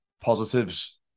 positives